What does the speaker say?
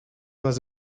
was